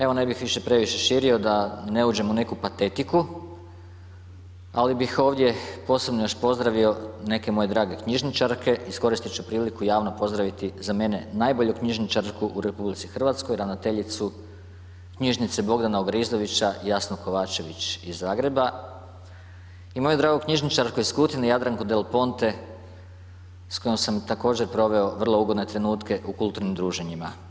Evo ne bih više previše širio da ne uđem u neku patetiku, ali bih ovdje posebno još pozdravio neke moje drage knjižničarke, iskoristi ću priliku javno pozdraviti za mene najbolju knjižničarku u RH ravnateljicu Knjižnice Bogdana Ogrizovića, Jasnu Kovačević iz Zagreba i moju dragu knjižničarku iz Kutine Jadranku Delponte s kojom sam također proveo vrlo ugodne trenutke u kulturnim druženjima.